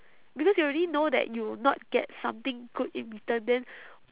because you already know that you will not get something good in return then